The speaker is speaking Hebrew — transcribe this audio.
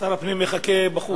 שר הפנים מחכה בחוץ